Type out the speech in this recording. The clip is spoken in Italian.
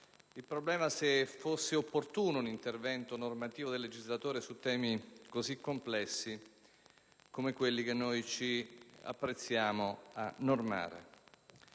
il problema se fosse opportuno un intervento normativo del legislatore su temi così complessi come quelli che noi ci apprestiamo a normare.